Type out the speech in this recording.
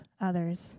others